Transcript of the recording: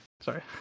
Sorry